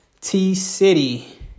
T-City